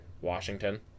Washington